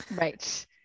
Right